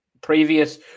Previous